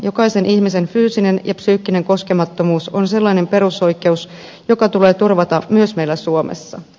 jokaisen ihmisen fyysinen ja psyykkinen koskemattomuus on sellainen perusoikeus joka tulee turvata myös meillä suomessa